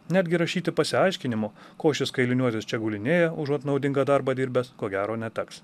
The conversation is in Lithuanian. netgi rašyti pasiaiškinimo ko šis kailiniuotis čia gulinėja užuot naudingą darbą dirbęs ko gero neteks